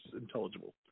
intelligible